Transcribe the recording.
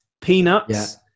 peanuts